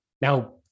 now